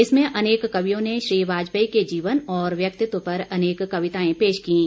इसमें अनेक कवियों ने श्री वाजपेयी के जीवन और व्यक्तित्व पर अनेक कविताए पेश कीं